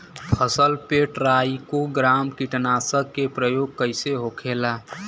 फसल पे trichogramma कीटनाशक के प्रयोग कइसे होखेला?